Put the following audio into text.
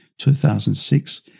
2006